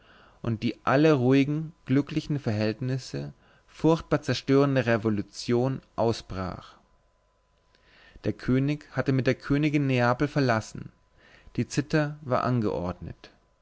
und die alle ruhigen glücklichen verhältnisse furchtbar zerstörende revolution ausbrach der könig hatte mit der königin neapel verlassen die citta war angeordnet